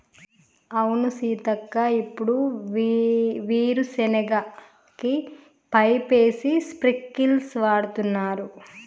అవును సీతక్క ఇప్పుడు వీరు సెనగ కి పైపేసి స్ప్రింకిల్స్ వాడుతున్నారు